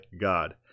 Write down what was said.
God